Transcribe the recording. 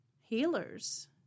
healers